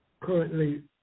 currently